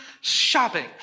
shopping